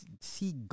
see